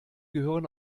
gehören